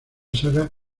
saga